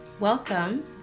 Welcome